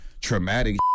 traumatic